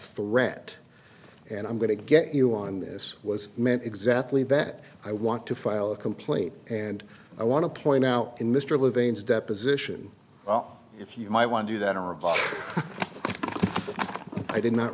threat and i'm going to get you on this was meant exactly that i want to file a complaint and i want to point out in mr levine's deposition if you might want to do that or above i did not